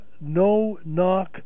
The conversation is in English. no-knock